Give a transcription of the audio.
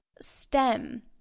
stem